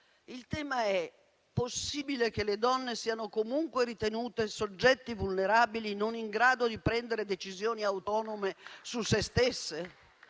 il tema. È possibile che le donne siano comunque ritenute soggetti vulnerabili non in grado di prendere decisioni autonome su se stesse?